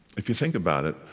if you think about it,